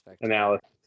analysis